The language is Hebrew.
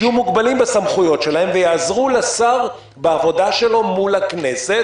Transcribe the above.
שיהיו מוגבלים בסמכויות שלהם ויעזרו לשר בעבודה שלו מול הכנסת,